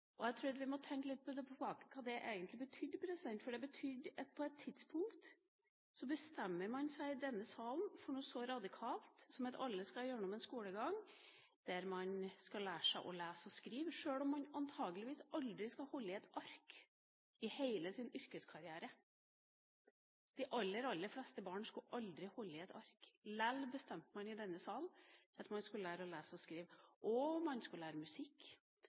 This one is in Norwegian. og jeg tror vi må tenke litt tilbake på hva det egentlig betydde. Det betydde at man i denne salen på et tidspunkt bestemmer seg for noe så radikalt som at alle skal gjennom en skolegang der man skal lære seg å lese og skrive – sjøl om man antageligvis aldri skal holde i et ark i hele sin yrkeskarriere. De aller, aller fleste barna skulle aldri holde i et ark, men likevel bestemte man i denne salen at man skulle lære å lese og skrive, musikk, naturfag og